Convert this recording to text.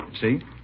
See